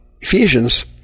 Ephesians